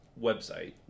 website